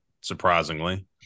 Surprisingly